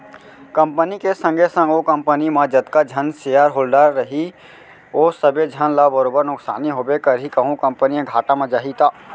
company के संगे संग ओ कंपनी म जतका झन सेयर होल्डर रइही ओ सबे झन ल बरोबर नुकसानी होबे करही कहूं कंपनी ह घाटा म जाही त